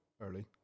early